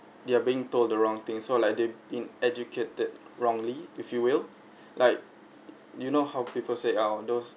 they are being told the wrong thing so like they been educated wrongly if you will like do you know how people say out of those